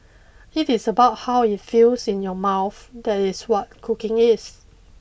it is about how it feels in your mouth that is what cooking is